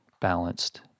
balanced